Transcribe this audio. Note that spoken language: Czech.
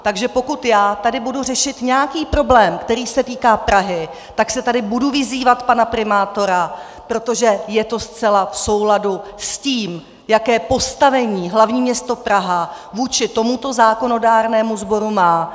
Takže pokud já tady budu řešit nějaký problém, který se týká Prahy, tak tady budu vyzývat pana primátora, protože je to zcela v souladu s tím, jaké postavení hlavní město Praha vůči tomuto zákonodárnému sboru má.